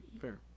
Fair